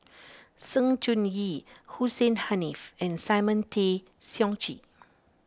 Sng Choon Yee Hussein Haniff and Simon Tay Seong Chee